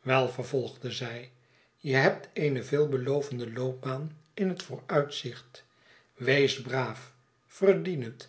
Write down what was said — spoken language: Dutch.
wei vervolgde zij je hebt eene veelbelovende loopbaan in het vooruitzicht wees braaf verdien het